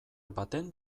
baten